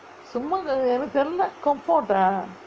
சும்மா எனக்கு தெரிலே:summaa enakku terilae comfort ah